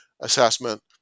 assessment